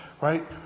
right